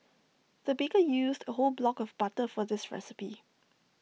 the baker used A whole block of butter for this recipe